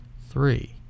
three